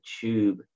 tube